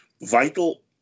vital